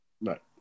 Right